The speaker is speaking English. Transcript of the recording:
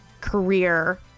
career